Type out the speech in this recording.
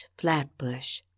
Flatbush